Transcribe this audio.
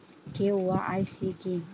KYC কি?